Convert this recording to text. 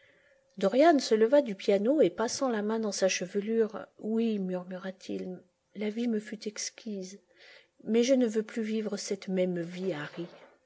dorian se leva du piano et passant la main dans sa chevelure oui murmurad il la vie me fut exquise mais je ne veux plus vivre cette même vie harry